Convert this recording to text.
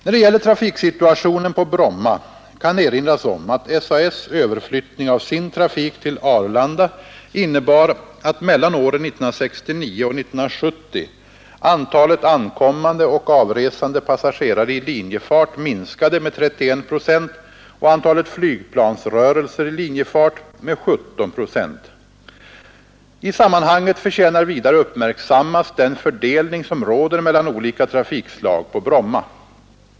När det gäller trafiksituationen på Bromma kan erinras om att SAS:s överflyttning av sin trafik till Arlanda innebar att mellan åren 1969 och 1970 antalet ankommande och avresande passagerare i linjefart minskade med 31 procent och antalet flygplansrörelser i linjefart med 17 procent. I sammanhanget förtjänar vidare uppmärksammas den fördelning som råder mellan olika trafikslag på Bromma.